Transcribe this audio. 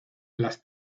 las